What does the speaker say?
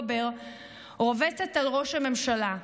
לרשות החברים של הממשלה,